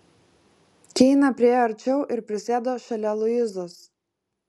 keina priėjo arčiau ir prisėdo šalia luizos